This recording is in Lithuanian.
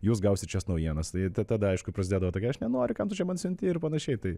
jūs gausit šias naujienas tai tada aišku prasidėdavo tokie aš nenoriu kam tu čia man siunti ir panašiai tai